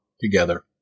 together